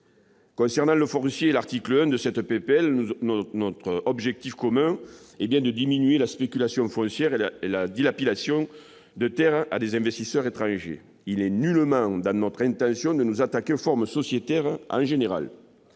Concernant le foncier et l'article 1 de cette proposition de loi, notre objectif commun est bien de diminuer la spéculation foncière et la dilapidation de terres à des investisseurs étrangers. Il n'est nullement dans notre intention de nous attaquer aux formes sociétaires en général.